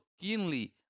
keenly